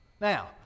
Now